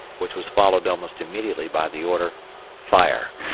which was followed almost immediately by the order fire!